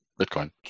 Bitcoin